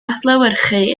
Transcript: adlewyrchu